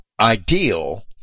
ideal